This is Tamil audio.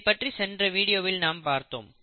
இதைப்பற்றி சென்ற வீடியோவில் நாம் பார்த்தோம்